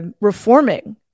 Reforming